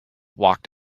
walked